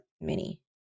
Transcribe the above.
mini